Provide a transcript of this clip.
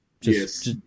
Yes